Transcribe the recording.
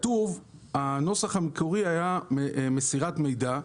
הנוסח המקורי אמר "מסירת מידע"